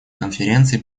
конференции